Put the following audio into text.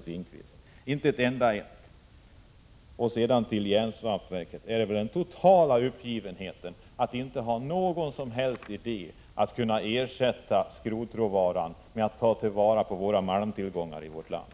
Finnkvist. Kommentarerna beträffande järnsvampsverket tyder på den totala uppgivenheten, att inte ha någon som helst idé för att ersätta skrotråvaran med annan råvara från våra malmtillgångar i vårt land.